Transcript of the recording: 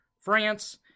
France